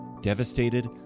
devastated